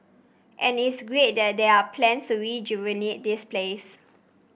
and it's great that there are plans to rejuvenate this place